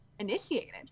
initiated